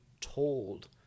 told